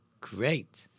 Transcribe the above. Great